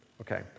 okay